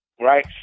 Right